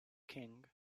king